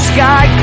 Sky